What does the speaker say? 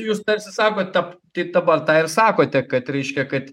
jūs tarsi sakot tap tai dabar tą ir sakote kad reiškia kad